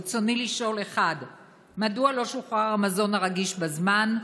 ברצוני לשאול: 1. מדוע לא שוחרר המזון הרגיש בזמן?